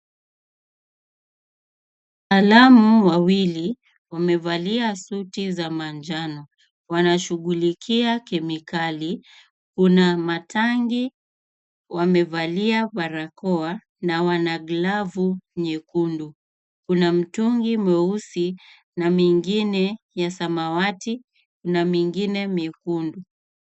Wataalamu wawili wamevalia suti za manjano wanashughulikia kemikali una matangi. Wamevalia barakoa na wana glavu nyekundu. Kuna mtungi mweusi na mingine ya samawati na mingine mekundu.